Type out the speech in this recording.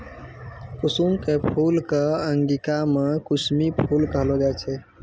कुसुम के फूल कॅ अंगिका मॅ कुसमी फूल कहलो जाय छै